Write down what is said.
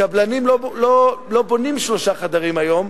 קבלנים לא בונים שלושה חדרים היום.